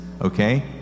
Okay